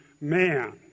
man